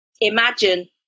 Imagine